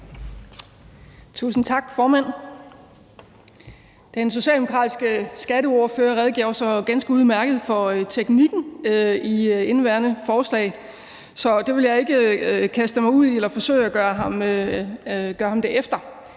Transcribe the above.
Tusind tak, formand. Den socialdemokratiske skatteordfører redegjorde så ganske udmærket for teknikken i nærværende forslag, så jeg vil ikke forsøge at gøre ham det efter.